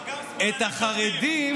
אבל גם "שמאלנים בוגדים".